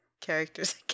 characters